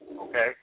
okay